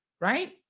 Right